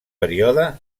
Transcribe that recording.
període